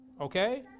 okay